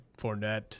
Fournette